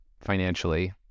financially